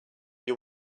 your